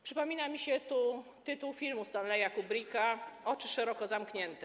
Przypomina mi się tu tytuł filmu Stanleya Kubricka „Oczy szeroko zamknięte”